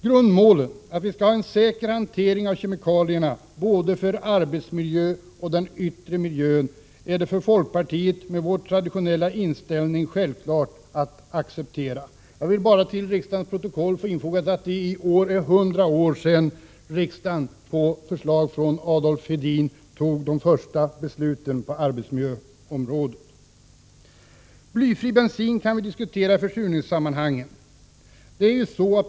Grundinställningen, att vi skall ha en säker hantering av kemikalierna beträffande både arbetsmiljö och yttre miljö, accepteras självfallet av folkpartiet med tanke på partiets traditionella inställning. Jag vill bara läsa in i riksdagens protokoll att det i år är hundra år sedan riksdagen på förslag av Sven Adolf Hedin fattade de första besluten på arbetsmiljöområdet. Blyfri bensin kan diskuteras i försurningssammanhang.